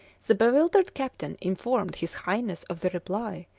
the bewildered captain informed his highness of the reply,